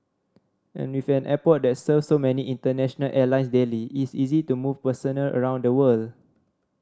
and with an airport that serves so many international airlines daily it is easy to move personnel around the world